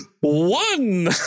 one